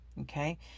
Okay